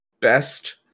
best